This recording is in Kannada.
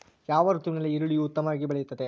ಯಾವ ಋತುವಿನಲ್ಲಿ ಈರುಳ್ಳಿಯು ಉತ್ತಮವಾಗಿ ಬೆಳೆಯುತ್ತದೆ?